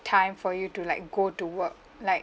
time for you to like go to work like